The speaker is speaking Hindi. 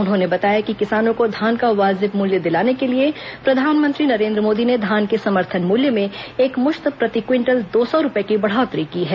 उन्होंने बताया कि किसानों को धान का वाजिब मूल्य दिलाने के लिए प्रधानमंत्री नरेन्द्र मोदी ने धान के समर्थन मूल्य में एक मुश्त प्रति क्विटल दो सौ रूपए की बढ़ोत्तरी की है